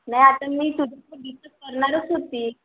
नाही आता मी तुझ्याकडे डिस्कस करणारच होती